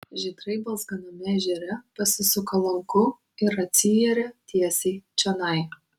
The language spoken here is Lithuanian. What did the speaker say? žydrai balzganame ežere pasisuka lanku ir atsiiria tiesiai čionai